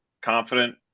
confident